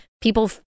people